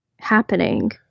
happening